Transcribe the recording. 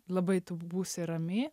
labai tu būsi rami